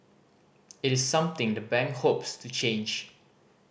it is something the bank hopes to change